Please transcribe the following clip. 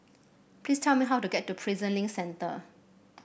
please tell me how to get to Prison Link Centre